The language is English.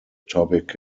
topic